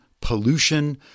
pollution